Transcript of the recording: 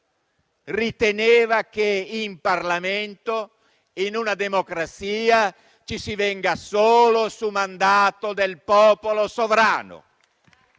riteneva che in Parlamento, in una democrazia, ci si venga solo su mandato del popolo sovrano.